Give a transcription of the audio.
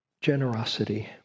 generosity